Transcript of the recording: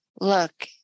look